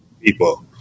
people